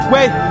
Wait